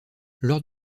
lors